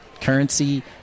currency